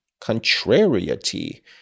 Contrariety